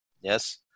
Yes